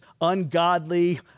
ungodly